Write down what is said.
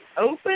open